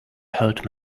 hurt